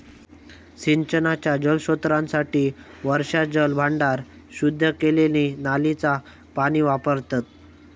सिंचनाच्या जलस्त्रोतांसाठी वर्षाजल भांडार, शुद्ध केलेली नालींचा पाणी वापरतत